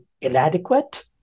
inadequate